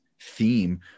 theme